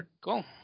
cool